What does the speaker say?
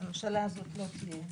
הממשלה הזאת לא תהיה,